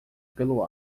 pelo